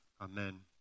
Amen